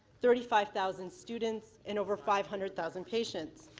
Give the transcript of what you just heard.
thirty five thousand students and over five hundred thousand patients.